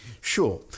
Sure